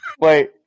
Wait